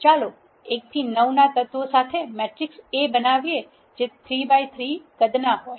ચાલો 1 થી 9 ના તત્વો સાથે મેટ્રિક્સ A બનાવીએ જે 3 by 3 કદના હોય